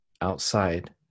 outside